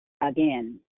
again